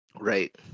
Right